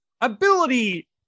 ability